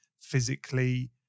physically